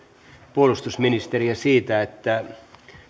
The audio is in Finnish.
puolustusministeriä siitä että